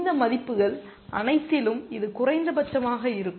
இந்த மதிப்புகள் அனைத்திலும் இது குறைந்தபட்சமாக இருக்கும்